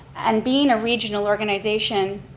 and being a regional organization,